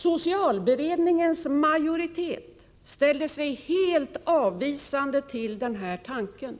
Socialberedningens majoritet ställde sig helt avvisande till den här tanken.